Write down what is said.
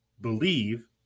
believe